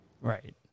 right